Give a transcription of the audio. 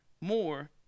more